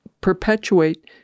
perpetuate